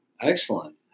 Excellent